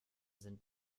sind